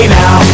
now